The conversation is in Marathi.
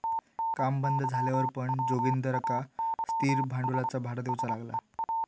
काम बंद झाल्यावर पण जोगिंदरका स्थिर भांडवलाचा भाडा देऊचा लागला